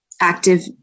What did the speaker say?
active